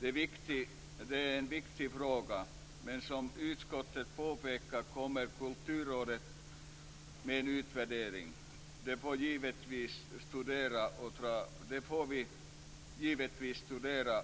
Det är en viktig fråga, men som utskottet påpekar kommer Kulturrådet med en utvärdering. Den får vi givetvis studera och dra slutsatser av.